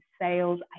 sales